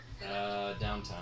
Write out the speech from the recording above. downtown